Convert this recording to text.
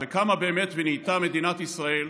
באמת קמה ונהייתה מדינת ישראל,